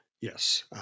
Yes